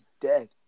dead